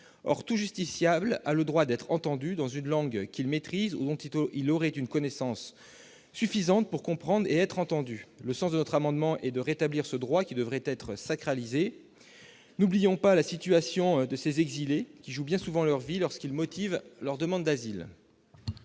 Or tout justiciable a le droit d'être entendu dans une langue qu'il maîtrise ou dont il aurait une connaissance suffisante pour comprendre et être entendu. Le sens de notre amendement est de rétablir ce droit, qui devrait être sacralisé. N'oublions pas la situation de ces exilés, qui jouent bien souvent leur vie lorsqu'ils motivent leur demande d'asile.